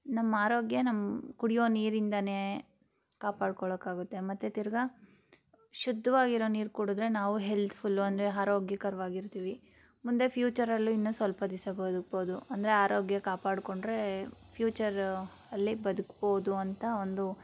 ನಮ್ಮ ಆರೋಗ್ಯ ನಮ್ಮ ಕುಡಿಯೋ ನೀರಿಂದಲೇ ಕಾಪಾಡ್ಕೊಳ್ಳೋಕ್ಕಾಗುತ್ತೆ ಮತ್ತು ತಿರ್ಗಿ ಶುದ್ಧವಾಗಿರೋ ನೀರು ಕುಡಿದ್ರೆ ನಾವೂ ಹೆಲ್ತ್ಫುಲ್ಲು ಅಂದರೆ ಆರೋಗ್ಯಕರವಾಗಿರ್ತಿವಿ ಮುಂದೆ ಫ್ಯೂಚರಲ್ಲೂ ಇನ್ನೂ ಸ್ವಲ್ಪ ದಿವಸ ಬದುಕ್ಬೋದು ಅಂದರೆ ಆರೋಗ್ಯ ಕಾಪಾಡಿಕೊಂಡ್ರೆ ಫ್ಯೂಚರಲ್ಲಿ ಬದುಕ್ಬೋದು ಅಂತ ಒಂದು